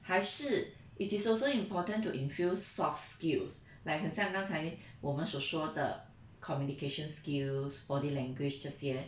还是 it is also important to infuse soft skills like 很像刚才我们所说的 communication skills body language 这些